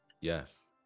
yes